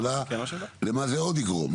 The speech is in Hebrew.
השאלה היא למה זה עוד יגרום.